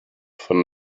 von